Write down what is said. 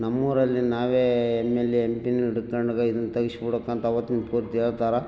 ನಮ್ಮೂರಲ್ಲಿ ನಾವೇ M L A ಎಮ್ ಪಿನು ಹಿಡ್ಕಂಡು ಇದನ್ನು ತೆಗಿಸ್ಬಿಡಕೆ ಅಂತ ಅವತ್ತಿನ ಪೂರ್ತಿ ಹೇಳ್ತಾರ